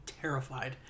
terrified